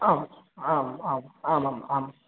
आम् आम् आम् आमाम् आम्